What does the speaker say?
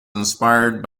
inspired